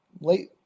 late